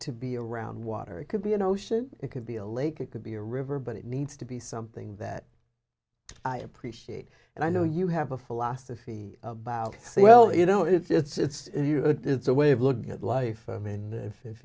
to be around water it could be an ocean it could be a lake it could be a river but it needs to be something that i appreciate and i know you have a philosophy about well you know it's a it's a way of looking at life i mean if if